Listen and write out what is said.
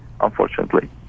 unfortunately